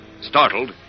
Startled